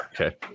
Okay